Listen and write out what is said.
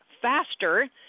faster